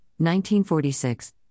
1946